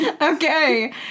Okay